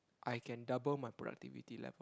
I can double my productivity level